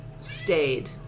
stayed